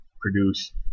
produce